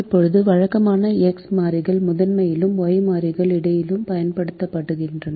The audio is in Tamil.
இப்போது வழக்கமாக எக்ஸ் மாறிகள் முதன்மையிலும் Y மாறிகள் இரட்டையிலும் பயன்படுத்தப்படுகின்றன